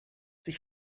sich